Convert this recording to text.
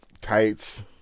tights